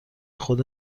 خود